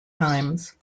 times